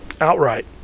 outright